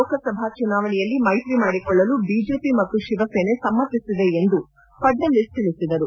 ಲೋಕಸಭಾ ಚುನಾವಣೆಯಲ್ಲಿ ಮೈತ್ರಿ ಮಾಡಿಕೊಳ್ಳಲು ಬಿಜೆಪಿ ಮತ್ತು ಶಿವಸೇನೆ ಸಮ್ಮತಿಸಿದೆ ಎಂದು ಫಡ್ನವೀಸ್ ತಿಳಿಸಿದರು